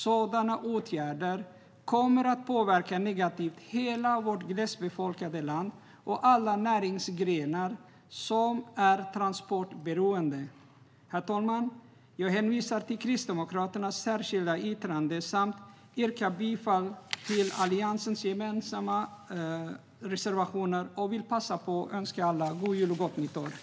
Sådana åtgärder kommer att ha negativ påverkan på hela vårt glest befolkade land och alla näringsgrenar som är transportberoende. Herr talman! Jag hänvisar till Kristdemokraternas särskilda yttrande samt yrkar bifall till Alliansens gemensamma reservationer. Jag vill också passa på att önska alla en god jul och ett gott nytt år.